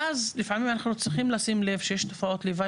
ואז לפעמים אנחנו צריכים לשים לב שיש תופעות לוואי